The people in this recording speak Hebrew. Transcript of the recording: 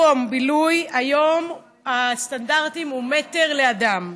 מקום בילוי היום הסטנדרט הוא מטר לאדם.